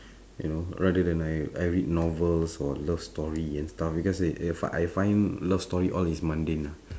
you know rather than I I read novels or love story and stuff because eh I f~ I find love story all is mundane ah